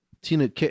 Tina